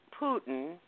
Putin